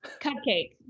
Cupcake